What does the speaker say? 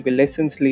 lessons